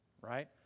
right